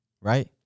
right